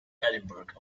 edinburgh